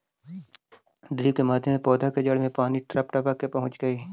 drip के माध्यम से पौधा के जड़ में पानी टपक टपक के पहुँचऽ हइ